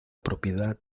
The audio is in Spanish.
propiedad